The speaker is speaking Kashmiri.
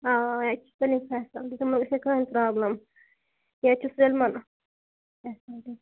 آ آ ییٚتہِ چھِ سٲلِم فیسلٹی تِمَن گژھِ نہٕ کٔہٕنٛۍ پرٛابلِم ییٚتہِ چھُ سٲلِمن فیسلٹی